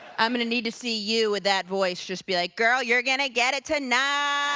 i'm going to need to see you with that voice just be like girl, you're going to get it tonight.